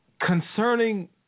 concerning